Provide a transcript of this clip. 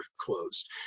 closed